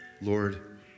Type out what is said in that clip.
Lord